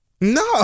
No